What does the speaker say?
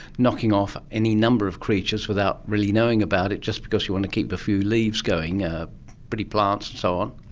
knocking off any number of creatures without really knowing about it, just because you want to keep a few leaves going, ah pretty plants and so on.